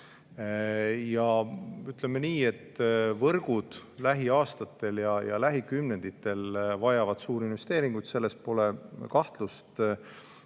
Ütleme nii, et võrgud lähiaastatel ja lähikümnenditel vajavad suuri investeeringuid, selles pole kahtlust.